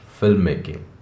filmmaking